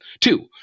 Two